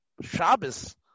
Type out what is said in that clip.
Shabbos